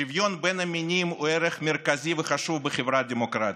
שוויון בין המינים הוא ערך מרכזי וחשוב בחברה דמוקרטית.